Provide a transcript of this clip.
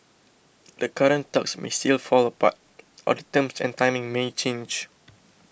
the current talks may still fall apart or the terms and timing may change